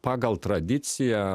pagal tradiciją